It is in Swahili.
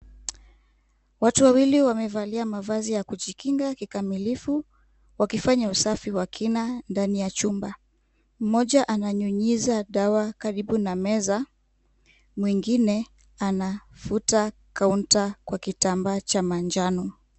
Watu wawili wamevalia mavazi ya kujikinga kikamilifu wakifanya usafi wa kina ndani ya chumba, mmoja ananyunyiza dawa karibu na meza, mwengine ana futa kaunta kwa kitambaa cha manjano.